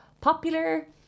popular